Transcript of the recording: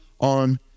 on